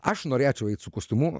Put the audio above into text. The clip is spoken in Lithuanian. aš norėčiau eit su kostiumu